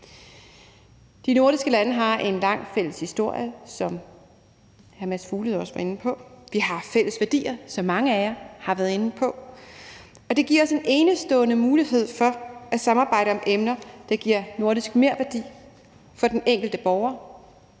De nordiske lande har en lang fælles historie, som hr. Mads Fuglede også var inde på. Vi har fælles værdier, som mange af jer har været inde på, og det giver os en enestående mulighed for at samarbejde om emner, der giver nordisk merværdi for den enkelte borger.